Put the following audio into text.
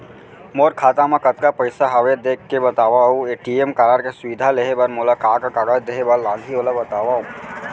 मोर खाता मा कतका पइसा हवये देख के बतावव अऊ ए.टी.एम कारड के सुविधा लेहे बर मोला का का कागज देहे बर लागही ओला बतावव?